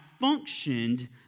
functioned